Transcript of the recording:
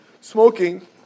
smoking